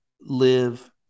live